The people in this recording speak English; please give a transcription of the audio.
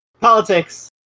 Politics